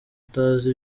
atazi